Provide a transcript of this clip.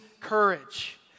courage